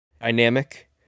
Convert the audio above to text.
Dynamic